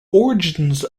origins